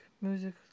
music